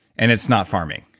and it's not farming